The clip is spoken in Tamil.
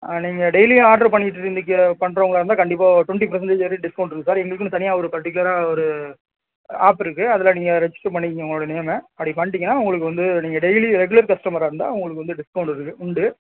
ஆ நீங்கள் டெய்லியும் ஆட்ரு பண்ணிவிட்டு இன்னிக்கு பண்ணுறவுங்களா இருந்தால் கண்டிப்பாக டுவெண்ட்டி பர்சன்டேஜ் வரையும் டிஸ்கௌண்ட் இருக்கு சார் எங்களுக்குன்னு தனியாக ஒரு பர்ட்டிகுலராக ஒரு ஆப் இருக்கு அதில் நீங்கள் ரெஜிஸ்டர் பண்ணிக்கிங்க உங்களோட நேம்மை அப்படி பண்ணிட்டிங்கனா உங்களுக்கு வந்து நீங்கள் டெய்லி ரெகுலர் கஸ்டமராக இருந்தால் உங்களுக்கு வந்து டிஸ்கௌண்ட் இருக்குது உண்டு